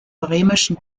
bremischen